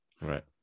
right